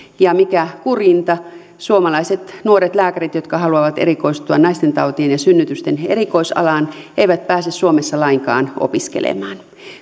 ja mikä kurjinta suomalaiset nuoret lääkärit jotka haluavat erikoistua naistentautien ja synnytysten erikoisalaan eivät pääse suomessa lainkaan opiskelemaan